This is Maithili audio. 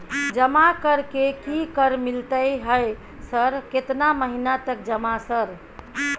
जमा कर के की कर मिलते है सर केतना महीना तक जमा सर?